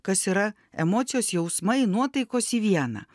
kas yra emocijos jausmai nuotaikos į vieną